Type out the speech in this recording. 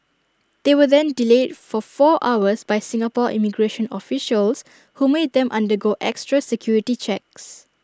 they were then delayed for four hours by Singapore immigration officials who made them undergo extra security checks